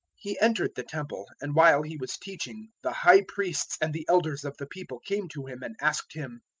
he entered the temple and while he was teaching, the high priests and the elders of the people came to him and asked him,